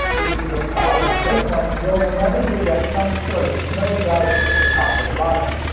if you hit pause on this one, you'll inevitably get some sort of snowy garbage at the top or the bottom.